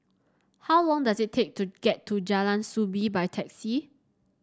how long does it take to get to Jalan Soo Bee by taxi